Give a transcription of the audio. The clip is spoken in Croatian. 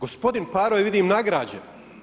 Gospodin Paro je vidim nagrađen.